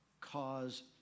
Cause